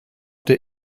der